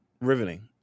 Riveting